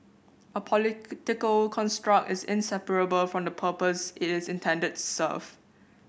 a political construct is inseparable from the purpose it is intended to serve